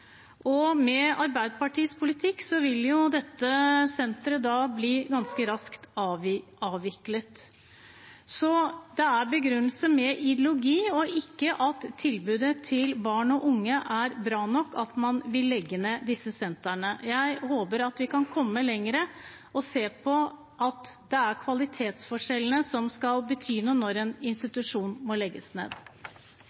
Med Arbeiderpartiets politikk vil dette senteret ganske raskt bli avviklet. Så det er med begrunnelse i ideologi, ikke i at tilbudet til barn og unge ikke er bra nok, man vil legge ned disse sentrene. Jeg håper vi kan komme lenger og se at det er kvalitetsforskjellene som skal bety noe når en